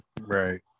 right